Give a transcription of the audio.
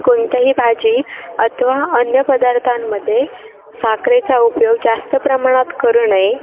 कोणत्याही भाजी अथवा अन्य पदार्थांमध्ये साखरेचा उपयोग जास्त प्रमाणात करू नये